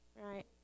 right